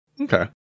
Okay